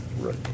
Right